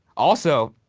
also,